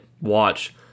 watch